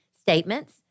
statements